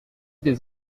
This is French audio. des